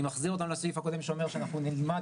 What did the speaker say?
אני מחזיר אותנו לסעיף הקודם שאומר שאנחנו נלמד